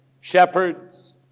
shepherds